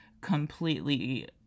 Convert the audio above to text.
completely